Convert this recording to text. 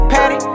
Patty